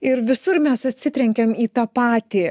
ir visur mes atsitrenkiam į tą patį